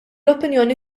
opinjoni